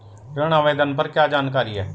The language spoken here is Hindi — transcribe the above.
ऋण आवेदन पर क्या जानकारी है?